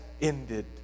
ended